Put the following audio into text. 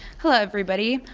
hello everybody,